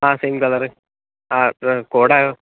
ആ same colour ആ dress code ആണ്